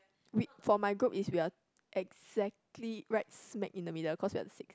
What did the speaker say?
we for my group is we are exactly right smack in the middle cause we are sixth